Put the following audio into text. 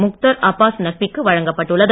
முக்தார் அபாஸ் நக்விக்கு வழங்கப்பட்டுள்ளது